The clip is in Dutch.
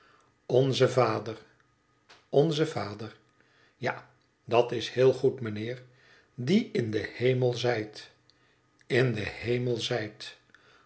onze vader onze vader ja dat is heel goed mijnheer die in den hemel zijt in den hemel zijt